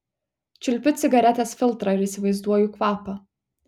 čiulpiu cigaretės filtrą ir įsivaizduoju kvapą